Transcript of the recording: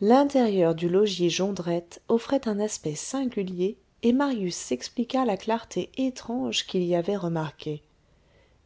l'intérieur du logis jondrette offrait un aspect singulier et marius s'expliqua la clarté étrange qu'il y avait remarquée